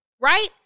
right